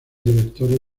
directores